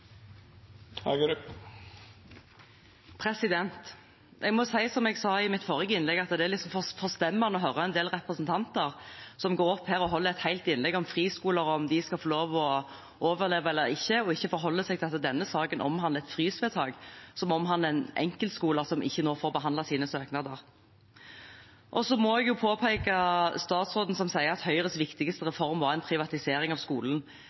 Jeg må si som jeg sa i mitt forrige innlegg: Det er litt forstemmende å høre en del representanter som går opp her og holder et helt innlegg om friskoler og om de skal få lov til å overleve eller ikke, og ikke forholder seg til at denne saken omhandler et frysvedtak som handler om enkeltskoler som nå ikke får behandlet sine søknader. Statsråden sier at Høyres viktigste reform var en privatisering av skolen. Det er på ingen måte riktig. Statsråden vet godt at Høyres